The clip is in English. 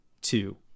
two